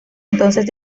entonces